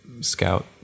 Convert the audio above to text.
scout